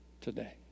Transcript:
today